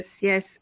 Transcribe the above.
yes